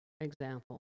example